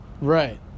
right